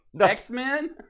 X-Men